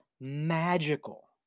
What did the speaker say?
magical